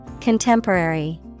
Contemporary